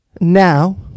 now